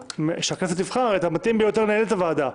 שהכנסת תבחר את המתאים ביותר לנהל את הוועדה,